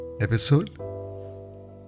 episode